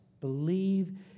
believe